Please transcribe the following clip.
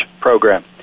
program